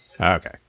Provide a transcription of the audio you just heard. Okay